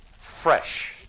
fresh